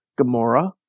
Gamora